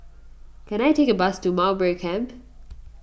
can I take a bus to Mowbray Camp